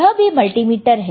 यह भी मल्टीमीटर है